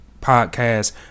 podcast